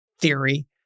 theory